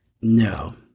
No